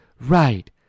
Right